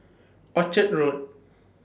Orchard Road